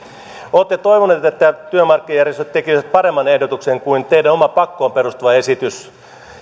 olette toivoneet että työmarkkinajärjestöt tekisivät paremman ehdotuksen kuin teidän oma pakkoon perustuva esityksenne